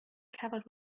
covered